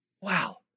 Wow